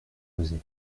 posée